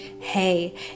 Hey